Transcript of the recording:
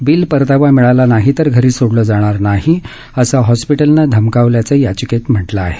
bill परतावा मिळाला नाही तर घरी सोडलं जाणार नाही असं हॉस्पीटलनं धमकावल्याचं याचिकेत म्हटलं आहे